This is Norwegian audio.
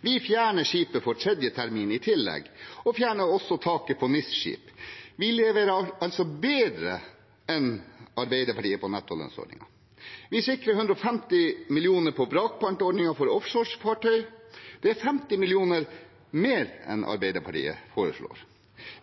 Vi fjerner taket for 3. termin i tillegg, og vi fjerner også taket for NIS-skip. Vi leverer altså bedre enn Arbeiderpartiet på nettolønnsordningen. Vi sikrer 150 mill. kr til vrakpantordning for offshorefartøy. Det er 50 mill. kr mer enn Arbeiderpartiet foreslår.